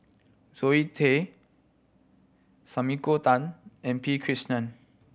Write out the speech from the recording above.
Zoe Tay Sumiko Tan and P Krishnan